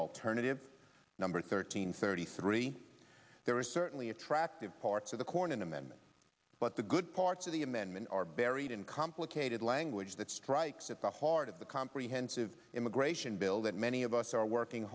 alternative number thirteen thirty three there are certainly attractive parts of the cornyn amendment but the good parts of the amendment are buried in complicated language that strikes at the heart of the comprehensive immigration bill that many of us are working